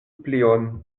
plion